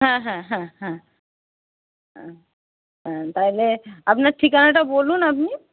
হ্যাঁ হ্যাঁ হ্যাঁ হ্যাঁ হ্যাঁ তাহলে আপনার ঠিকানাটা বলুন আপনি